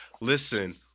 Listen